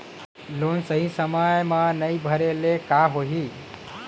Loan सही समय मा नई भरे ले का होही?